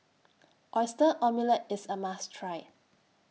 Qyster Omelette IS A must Try